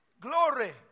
glory